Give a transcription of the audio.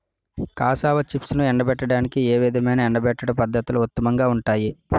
Cassava చిప్స్ను ఎండబెట్టడానికి ఏ విధమైన ఎండబెట్టడం పద్ధతులు ఉత్తమంగా ఉంటాయి?